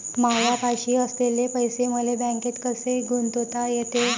मायापाशी असलेले पैसे मले बँकेत कसे गुंतोता येते?